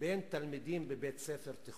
בין תלמידים בבית-ספר תיכון.